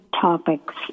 topics